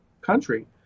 country